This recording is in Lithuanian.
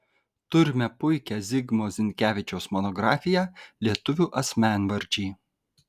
turime puikią zigmo zinkevičiaus monografiją lietuvių asmenvardžiai